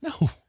No